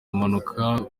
impanuka